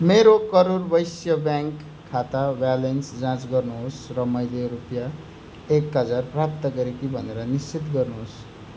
मेरो करुर वैश्य ब्याङ्क खाता ब्यालेन्स जाँच गर्नुहोस् र मैले रुपियाँ एक हजार प्राप्त गरेँ कि भनेर निश्चित गर्नुहोस्